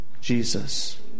Jesus